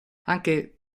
anche